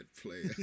player